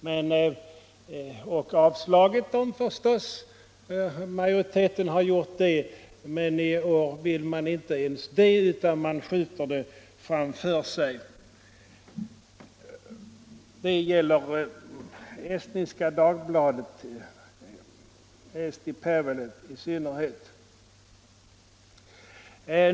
Majoriteten har förstås avslagit dem, men i år vill man inte ens det, utan man skjuter dem framför sig. Det gäller Estniska Dagbladet, Eesti Päevaleht, i synnerhet.